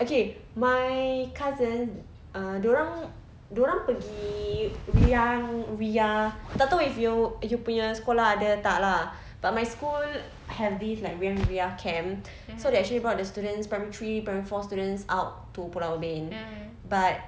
okay my cousins ah dorang dorang pergi riang ria tak tahu if you punya sekolah ada tak lah but my school have this like riang ria camp so they actually brought the students primary three primary four students out to pulau ubin but